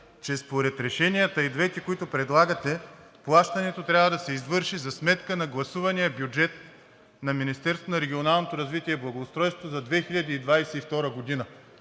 че според решенията – и двете, които предлагате, плащането трябва да се извърши за сметка на гласувания бюджет на Министерството на